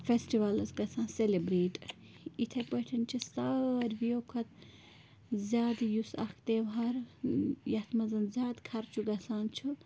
festivals گَژھان celebrate یِتھے پٲٹھۍ چھِ ساروٕیو کھۄتہٕ زیادٕ یُس اَکھ تہوار یَتھ منٛز زیادٕ خرچہٕ گَژھان چھُ